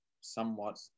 somewhat